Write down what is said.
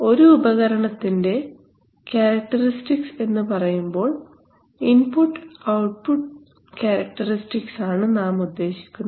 ഒരു ഉപകരണത്തിൻറെ ക്യാരക്ടറിസ്റ്റിക്സ് എന്ന് പറയുമ്പോൾ ഇൻപുട്ട് ഔട്ട്പുട്ട് ക്യാരക്ടറിസ്റ്റിക്സ് ആണ് നാം ഉദ്ദേശിക്കുന്നത്